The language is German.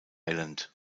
island